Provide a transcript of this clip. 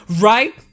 right